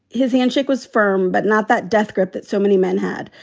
his handshake was firm, but not that death grip that so many men had,